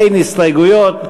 אין הסתייגויות,